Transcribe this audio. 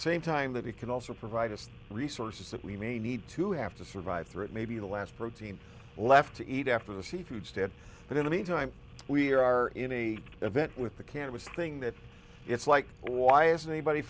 same time that he can also provide us resources that we may need to have to survive for it may be the last protein left to eat after the seafood stand but in the meantime we are in a event with the can with thing that it's like why isn't anybody